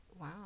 Wow